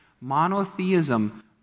Monotheism